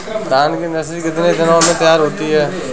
धान की नर्सरी कितने दिनों में तैयार होती है?